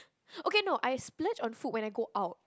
okay no I splurge on food when I go out